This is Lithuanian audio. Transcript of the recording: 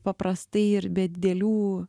paprastai ir be didelių